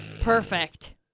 Perfect